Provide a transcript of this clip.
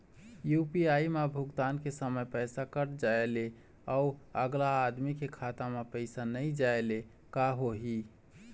UPI म भुगतान के समय पैसा कट जाय ले, अउ अगला आदमी के खाता म पैसा नई जाय ले का होही?